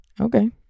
Okay